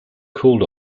called